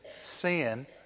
sin